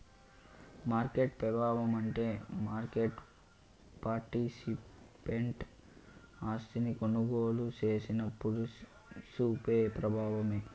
market పెబావమంటే market participant ఆస్తిని కొనుగోలు సేసినప్పుడు సూపే ప్రబావమే